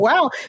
wow